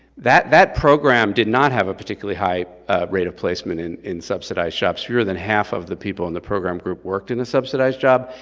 that that program did not have a particularly high rate of placement in in subsidized jobs, fewer than half of the people in the program group worked in the subsidized job,